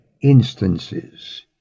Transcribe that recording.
instances